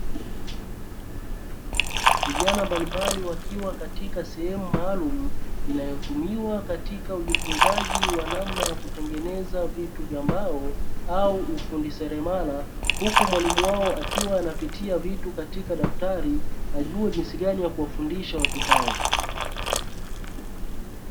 Vijana mbalimbali wakiwa katika sehemu maalumu inayotumiwa katika ujifunzaji wa namna ya kutengeneza vitu vya mbao au ufundi seremara huku mwalimu wao, akiwa anapitia vitu katika daftari ajue jinsi gani ya kuwafundisha watu hao.